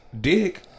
dick